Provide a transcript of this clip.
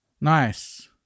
Nice